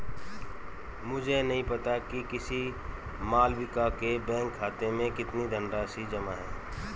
मुझे नही पता कि किसी मालविका के बैंक खाते में कितनी धनराशि जमा है